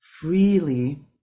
freely